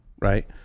right